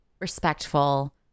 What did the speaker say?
respectful